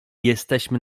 jesteśmy